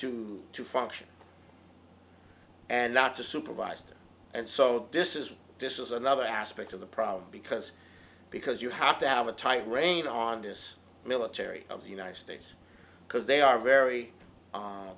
to to function and not to supervised and so this is this is another aspect of the problem because because you have to have a tight rein on this military of the united states because they are very